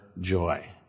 joy